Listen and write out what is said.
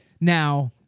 now